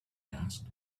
asked